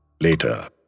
Later